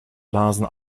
lasen